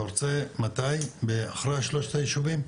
אתה רוצה מתי אחרי שלושת היישובים?